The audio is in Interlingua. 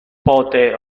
pote